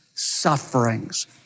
sufferings